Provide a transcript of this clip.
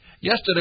Yesterday